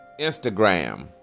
Instagram